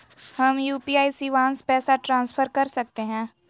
हम यू.पी.आई शिवांश पैसा ट्रांसफर कर सकते हैं?